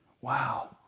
Wow